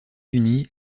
unis